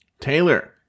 Taylor